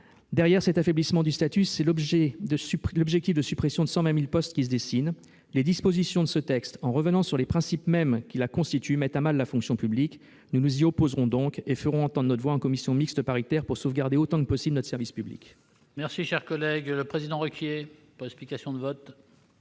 Derrière cet affaiblissement du statut, c'est l'objectif de suppression de 120 000 postes qui se dessine. Les dispositions de ce texte, en revenant sur les principes mêmes qui constituent la fonction publique, la mettent à mal. Nous nous y opposerons donc et ferons entendre notre voix en commission mixte paritaire pour sauvegarder autant que possible notre service public. La parole est à M. Jean-Claude Requier, pour explication de vote.